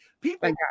People